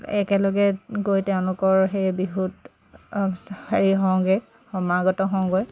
একেলগে গৈ তেওঁলোকৰ সেই বিহুত হেৰি হওঁগৈ সমাগত হওঁগৈ